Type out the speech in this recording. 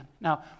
Now